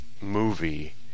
movie